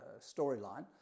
storyline